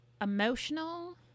emotional